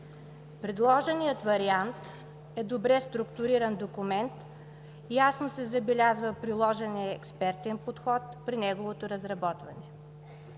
Предложеният вариант е добре структуриран документ, ясно се забелязва приложеният експертен подход при неговото разработване.